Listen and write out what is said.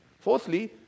Fourthly